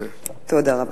תודה רבה.